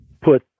put